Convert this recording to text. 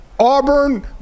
Auburn